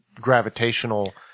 gravitational